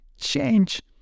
change